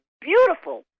beautiful